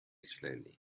slowly